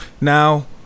Now